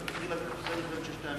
התחילה אחרי מלחמת ששת הימים.